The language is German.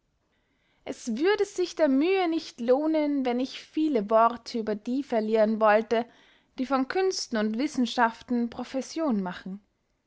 es würde sich der mühe nicht lohnen wenn ich viele worte über die verlieren wollte die von künsten und wissenschaften profession machen